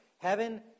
heaven